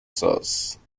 source